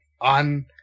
on